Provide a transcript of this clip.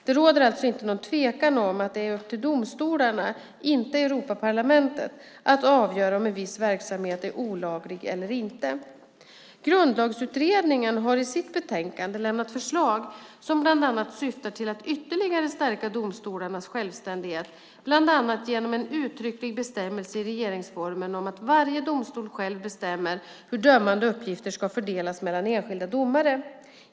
Det råder alltså inte någon tvekan om att det är upp till domstolarna - inte Europaparlamentet - att avgöra om en viss verksamhet är olaglig eller inte. Grundlagsutredningen har i sitt betänkande lämnat förslag som bland annat syftar till att ytterligare stärka domstolarnas självständighet, bland annat genom en uttrycklig bestämmelse i regeringsformen om att varje domstol själv bestämmer hur dömande uppgifter ska fördelas mellan enskilda domare.